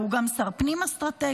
והוא גם שר פנים אסטרטגי,